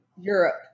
Europe